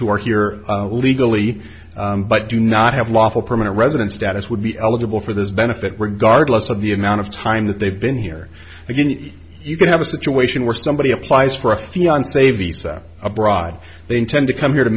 who are here legally but do not have lawful permanent resident status would be eligible for this benefit regardless of the amount of time that they've been here again you could have a situation where somebody applies for a fiance visa abroad they intend to come here to